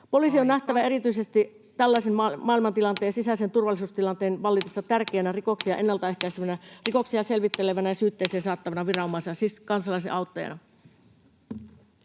Poliisi on nähtävä erityisesti tällaisen maailmantilanteen ja sisäisen turvallisuustilanteen vallitessa tärkeänä rikoksia ennalta ehkäisevänä, rikoksia selvittelevänä ja syytteeseen saattavana viranomaisena — siis kansalaisten auttajana.